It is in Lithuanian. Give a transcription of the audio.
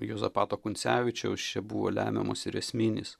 juozapato kuncevičiaus čia buvo lemiamas ir esminis